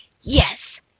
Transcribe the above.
Yes